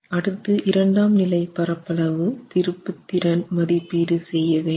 அடுத்து இரண்டாம் நிலை பரப்பளவு திருப்புத்திறன் மதிப்பீடு செய்ய வேண்டும்